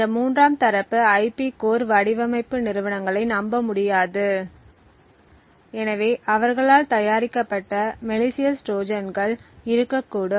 இந்த மூன்றாம் தரப்பு ஐபி கோர் வடிவமைப்பு நிறுவனங்களை நம்ப முடியாது எனவே அவர்களால் தயாரிக்கப்பட்ட மலிசியஸ் ட்ரோஜான்கள் இருக்கக்கூடும்